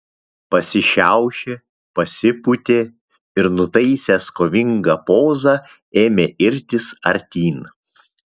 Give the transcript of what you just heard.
pasišiaušė pasipūtė ir nutaisęs kovingą pozą ėmė irtis artyn